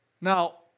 Now